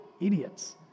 Idiots